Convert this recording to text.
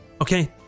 Okay